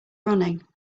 running